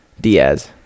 Diaz